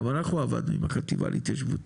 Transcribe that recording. גם אנחנו עבדנו עם החטיבה להתיישבות,